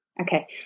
Okay